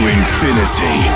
infinity